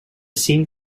scene